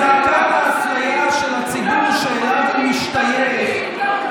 את זעקת האפליה של הציבור שאליו הוא משתייך,